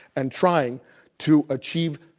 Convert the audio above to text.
and trying to achieve,